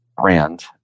brand